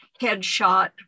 headshot